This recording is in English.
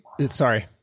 Sorry